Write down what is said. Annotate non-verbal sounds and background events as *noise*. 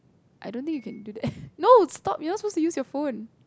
I don't think you can do that *noise* no stop you're not supposed to use your phone